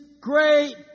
great